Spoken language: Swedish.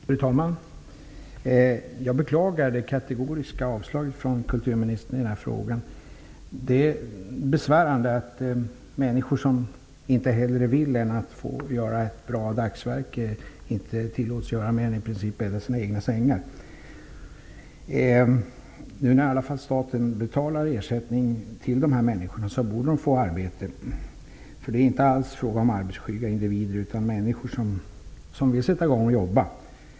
Fru talman! Jag beklagar det kategoriska avslaget från kulturministern i denna fråga. Det är besvärande att människor som inget hellre vill än att få göra ett bra dagsverke i princip inte tillåts göra mer än att bädda sina egna sängar. Nu när staten i alla fall betalar ersättning till dessa människor borde de få arbete. Det är inte alls fråga om arbetsskygga individer utan om människor som vill sätta i gång och jobba.